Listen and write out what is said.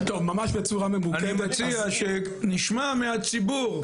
אני מציע שנשמע מהציבור,